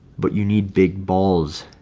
but you need big balls